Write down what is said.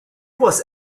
was